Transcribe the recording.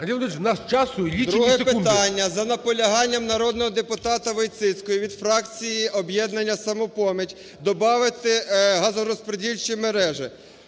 Друге питання. За наполяганням народного депутатаВойціцької від фракції "Об'єднання "Самопоміч" добавити газорозподільчі мережі.